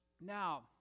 Now